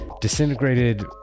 disintegrated